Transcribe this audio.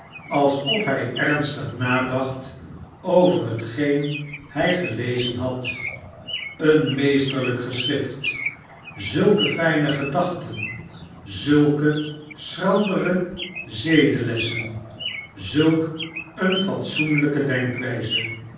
alsof hij ernstig nadacht over hetgeen hij gelezen had een meesterlijk geschrift zulke fijne gedachten zulke schrandere zedelessen zulk eene fatsoenlijke denkwijze